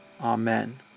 Amen